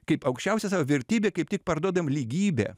kaip aukščiausią savo vertybę kaip tik parduodam lygybę